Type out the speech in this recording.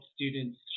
students